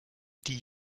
die